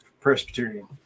Presbyterian